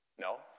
No